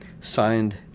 Signed